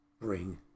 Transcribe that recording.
bring